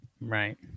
Right